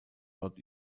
dort